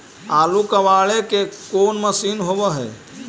आलू कबाड़े के कोन मशिन होब है?